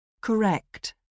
Correct